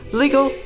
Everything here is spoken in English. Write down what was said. legal